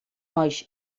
nós